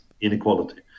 inequality